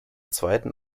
zweiten